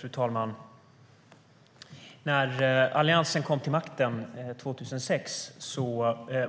Fru talman! När Alliansen kom till makten 2006